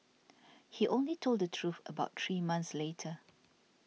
he only told the truth about three months later